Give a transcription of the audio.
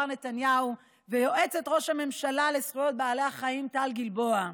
נתניהו ויועצת ראש הממשלה לזכויות בעלי חיים טל גלבוע.